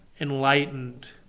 enlightened